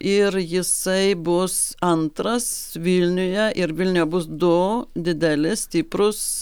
ir jisai bus antras vilniuje ir vilniuje bus du dideli stiprūs